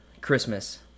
Christmas